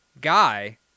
Guy